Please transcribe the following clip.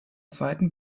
zweiten